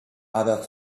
other